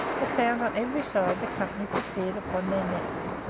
but found on every side the company prepared upon their nets.